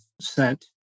sent